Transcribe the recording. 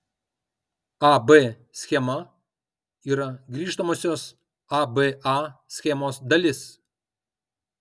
a b schema yra grįžtamosios a b a schemos dalis